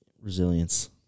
Resilience